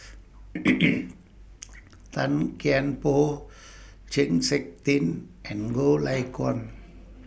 Tan Kian Por Chng Seok Tin and Goh Lay Kuan